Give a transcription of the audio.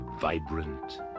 vibrant